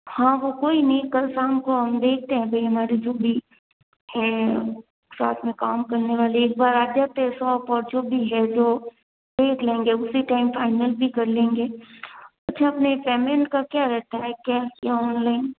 हाँ वो कोई नहीं कल शाम को हम देखते हैं भाई हमारे जो भी हैं साथ में काम करने वाले एक बार आ जाते हैं शॉप और जो भी है जो देख लेंगे उसी टाइम फाइनल भी कर लेंगे अच्छा अपने पेमेंट का क्या रहता है कैश या ऑनलाइन